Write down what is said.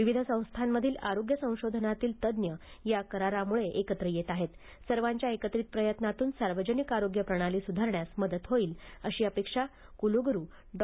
विविध संस्थांमधील आरोग्य संशोधनातील तज्ज्ञ या करारामुळे एकत्र येत आहेत सर्वांच्या एकत्रित प्रयत्नातून सार्वजनिक आरोग्य प्रणाली सुधारण्यास मदत होईल अशी अपेक्षा क्लग्रुरु डॉ